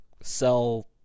sell